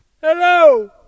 Hello